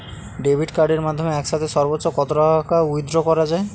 Debit কার্ডের মাধ্যমে একসাথে সর্ব্বোচ্চ কত টাকা উইথড্র করা য়ায়?